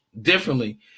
differently